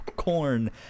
Corn